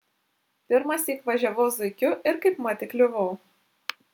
pirmąsyk važiavau zuikiu ir kaipmat įkliuvau